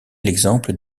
l’exemple